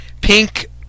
pink